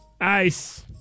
ice